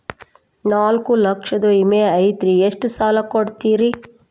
ನಾಲ್ಕು ಲಕ್ಷದ ವಿಮೆ ಐತ್ರಿ ಎಷ್ಟ ಸಾಲ ಕೊಡ್ತೇರಿ?